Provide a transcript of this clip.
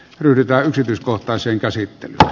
yritä yksityiskohtaisen käsitteitä